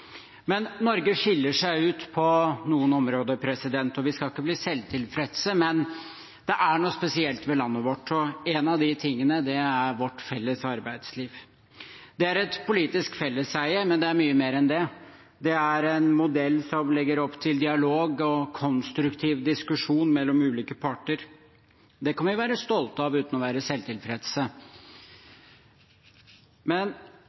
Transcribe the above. Norge skiller seg ut på noen områder. Vi skal ikke bli selvtilfredse, men det er noe spesielt ved landet vårt, og en av de tingene er vårt felles arbeidsliv. Det er et politisk felleseie, men det er mye mer enn det. Det er en modell som legger opp til dialog og konstruktiv diskusjon mellom ulike parter. Det kan vi være stolte av uten å være selvtilfredse.